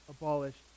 abolished